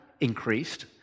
increased